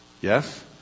Yes